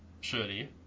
surely